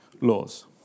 laws